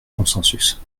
consensus